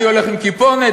אני הולך עם כיפונת,